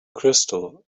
crystal